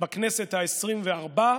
בכנסת העשרים-וארבע,